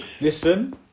listen